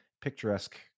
picturesque